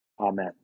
Amen